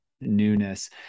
newness